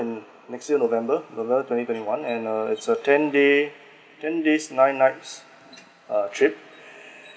in next year november november twenty twenty one and uh it's uh ten day ten days nine nights uh trip